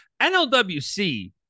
NLWC